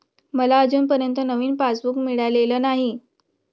मला अजूनपर्यंत नवीन पासबुक मिळालेलं नाही